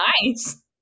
Nice